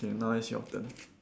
okay now it's your turn